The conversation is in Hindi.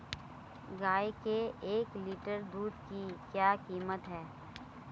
गाय के एक लीटर दूध की क्या कीमत है?